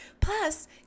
Plus